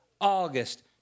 August